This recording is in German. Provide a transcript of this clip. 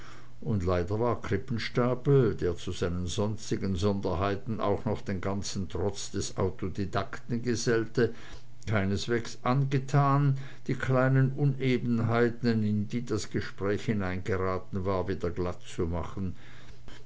und leider war krippenstapel der zu seinen sonstigen sonderbarkeiten auch noch den ganzen trotz des autodidakten gesellte keineswegs angetan die kleinen unebenheiten in die das gespräch hineingeraten war wieder